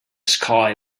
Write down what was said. sky